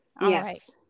yes